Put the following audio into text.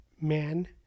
man